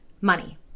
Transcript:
money